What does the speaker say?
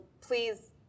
Please